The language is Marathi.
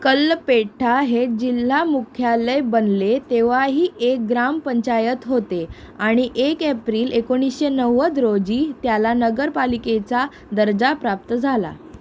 कलपेट्टा हे जिल्हा मुख्यालय बनले तेव्हाही एक ग्रामपंचायत होते आणि एक एप्रिल एकोणीशे नव्वद रोजी त्याला नगरपालिकेचा दर्जा प्राप्त झाला